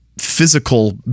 physical